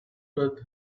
with